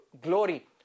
glory